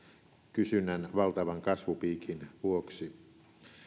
kysynnän valtavan kasvupiikin vuoksi